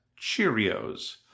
Cheerios